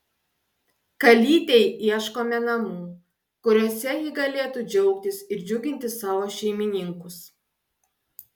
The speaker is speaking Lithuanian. kalytei ieškome namų kuriuose ji galėtų džiaugtis ir džiuginti savo šeimininkus